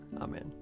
Amen